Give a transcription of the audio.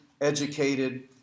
educated